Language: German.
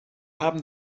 haben